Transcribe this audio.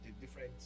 different